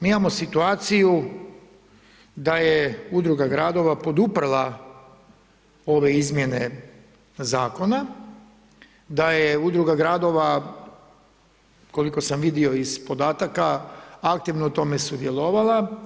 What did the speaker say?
Mi imamo situaciju, da je udruga gradova poduprla ove izmjene zakona, da je udruga gradova, koliko sam vidio iz podataka, aktivno u tome sudjelovala.